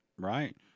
Right